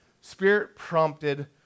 spirit-prompted